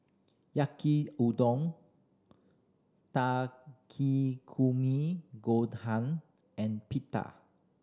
Yaki Udon Takikomi Gohan and Pita